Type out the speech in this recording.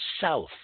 south